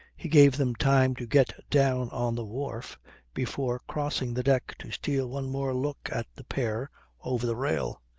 he gave them time to get down on the wharf before crossing the deck to steal one more look at the pair over the rail.